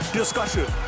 discussion